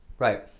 Right